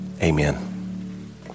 amen